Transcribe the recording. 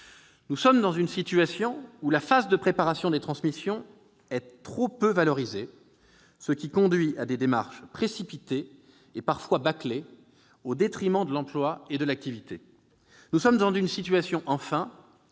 Nous sommes dans une situation où la phase de préparation des transmissions est trop peu valorisée, ce qui conduit à des démarches précipitées et parfois bâclées, au détriment de l'emploi et de l'activité. Nous sommes dans une situation où